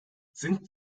sind